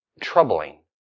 troubling